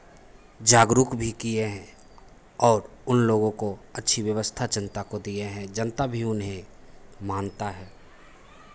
जागरुक भी किए हैं और उनलोगों को अच्छी व्यवस्था जनता को दिए हैं जनता भी उन्हें मानता है